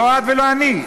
לא את ולא אני.